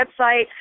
website